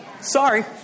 Sorry